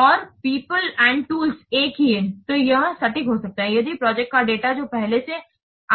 और people and tools एक ही हैं तो यह सटीक हो सकता है यदि प्रोजेक्ट डाटा जो पहले से